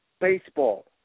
Baseball